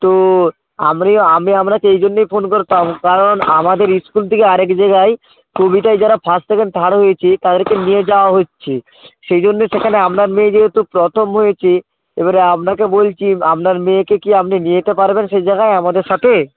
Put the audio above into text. তো আমি আপনাকে এই জন্যই ফোন করতাম কারণ আমাদের স্কুল থেকে আরেক জায়গায় কবিতায় যারা ফার্স্ট সেকেন্ড থার্ড হয়েছে তাদেরকে নিয়ে যাওয়া হচ্ছে সেই জন্য সেখানে আপনার মেয়ে যেহেতু প্রথম হয়েছে এবারে আপনাকে বলছি আপনার মেয়েকে কি আপনি নিয়ে যেতে পারবেন সেই জায়গায় আমাদের সাথে